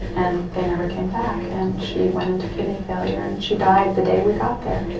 and they never came back and she went into kidney failure and she died the day we got there.